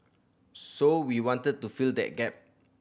so we wanted to fill that gap